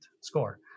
score